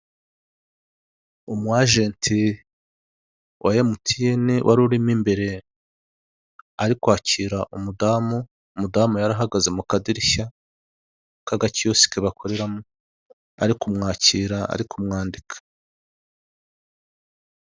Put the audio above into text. Umwajeti wa Emutiyene wari urimo imbere, ari kwakira umudamu, umudamu yari ahagaze mu kadirishya k'agakiyosike bakoreramo, ari kumwakira, ari kumwandika.